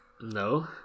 No